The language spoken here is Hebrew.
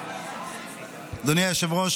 אדוני היושב-ראש,